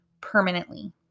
permanently